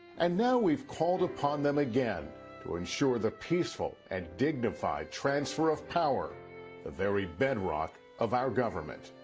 and now we've called upon them again to ensure the peaceful and dignified transfer of power, the very bedrock of our government.